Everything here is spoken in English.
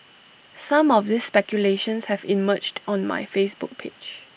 some of these speculations have emerged on my Facebook page